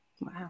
Wow